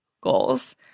Goals